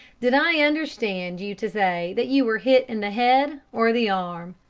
did i understand you to say that you were hit in the head or the arm?